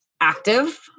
active